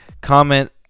Comment